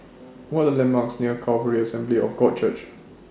What Are The landmarks near Calvary Assembly of God Church